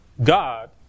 God